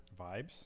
Vibes